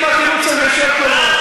תפסיקי עם התירוץ הזה של טרור.